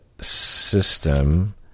system